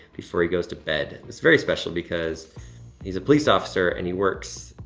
before he goes to bed. it's very special because he's a police officer and he works.